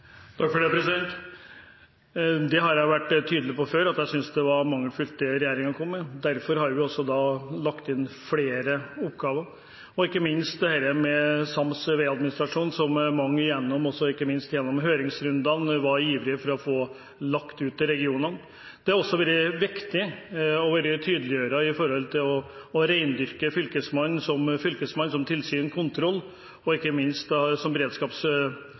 Takk for det. Dette har jeg vært tydelig på før: Jeg synes det var mangelfullt, det regjeringen kom med. Derfor har vi også lagt inn flere oppgaver, ikke minst dette med felles veiadministrasjon, som mange, ikke minst gjennom høringsrundene, var ivrige etter å få lagt ut til regionene. Det har også vært viktig å være tydeligere når det gjelder å rendyrke Fylkesmannen som tilsyn og kontroll, og ikke minst som